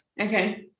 Okay